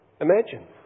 Imagine